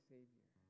Savior